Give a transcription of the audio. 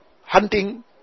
hunting